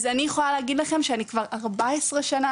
אז אני יכולה להגיד לכם שאני כבר 14 שנה,